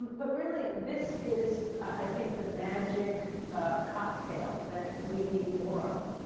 but really this is, i think, the magic cocktail that we need more of.